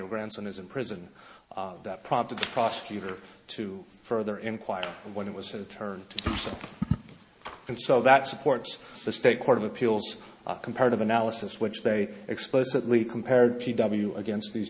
your grandson is in prison that prompted the prosecutor to further inquire when it was so turned in so that supports the state court of appeals comparative analysis which they explicitly compared p w against these